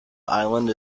island